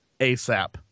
ASAP